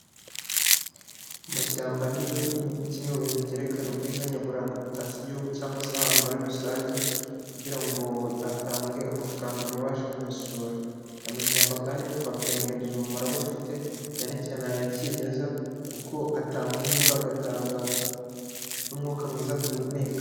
Amashyamba ni kimwe mu bintu byerekana ubwiza nyaburanga butatse Igihugu cyangwa se ahantu muri rusange kugira ngo atange amafaranga mu baje kuyasura. Aya mashyamba kandi ntitwakirengagiza umumaro aba afite cyanecyane aya ya kimeza kuko atanga imvura, agatanga n'umwuka mwiza duhumeka.